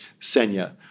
Senya